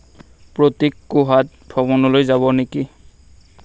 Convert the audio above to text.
প্ৰতীক কুহাদ ভ্ৰমণলৈ যাব নেকি